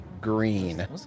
green